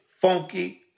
Funky